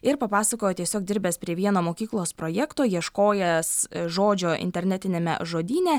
ir papasakojo tiesiog dirbęs prie vieno mokyklos projekto ieškojęs žodžio internetiniame žodyne